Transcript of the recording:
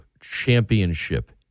championship